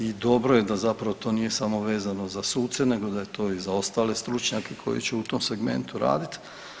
I dobro je da zapravo to nije samo vezano za suce, nego da je to i za ostale stručnjake koji će u tom segmentu raditi.